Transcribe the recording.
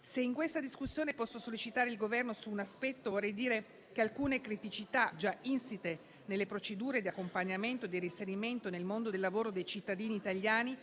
Se in questa discussione posso sollecitare il Governo su un aspetto, vorrei dire che alcune criticità, già insite nelle procedure di accompagnamento e di riferimento nel mondo del lavoro dei cittadini italiani